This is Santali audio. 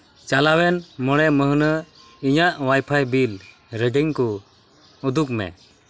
ᱪᱟᱞᱟᱣᱮᱱ ᱢᱚᱬᱮ ᱢᱟᱹᱦᱱᱟᱹ ᱤᱧᱟᱹᱜ ᱚᱣᱟᱭᱯᱷᱟᱭ ᱵᱤᱞ ᱨᱤᱰᱤᱝ ᱠᱚ ᱩᱫᱩᱜᱽ ᱢᱮ